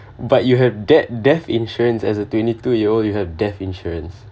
but you have dea~ death insurance as a twenty two year old you have death insurance